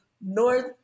north